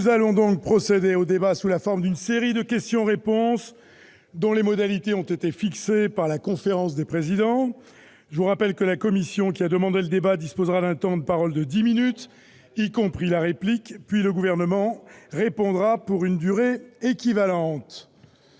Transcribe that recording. Nous allons procéder au débat sous la forme d'une série de questions-réponses dont les modalités ont été fixées par la conférence des présidents. La commission qui a demandé ce débat disposera d'un temps de parole de dix minutes, y compris la réplique, puis le Gouvernement répondra pour une durée qui ne